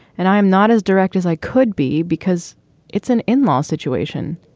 and i am not as direct as i could be because it's an in-law situation.